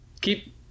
Keep